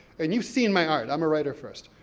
and you've seen my art, i'm a writer first,